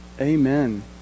Amen